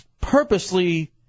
purposely